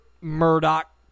Murdoch